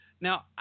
Now